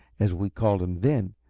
as we called him then,